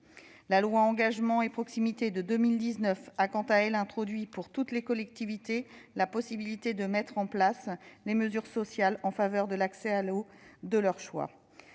La loi Engagement et proximité de 2019 a quant à elle introduit pour toutes les collectivités la possibilité de mettre en place les mesures sociales en faveur de l'accès à l'eau de leur choix.